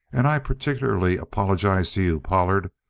and i particularly apologize to you, pollard.